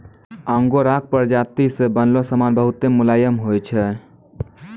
आंगोराक प्राजाती से बनलो समान बहुत मुलायम होय छै